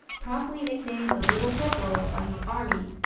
promptly nicknamed the little corporal by his army,